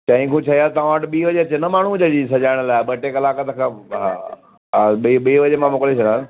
चईं खां छह आहे तव्हां वटि बि बजे अचे न माण्हू जॾहिं सजाइण लाइ ॿ टे कलाक त खप हा हा ॿी ॿी बजे मां मोकिले छॾियां